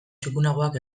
txukunagoak